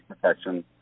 protection